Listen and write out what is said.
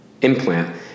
implant